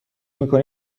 میکنی